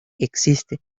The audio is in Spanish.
existe